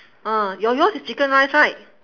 ah your yours is chicken rice right